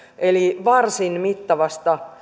eli varsin mittavaa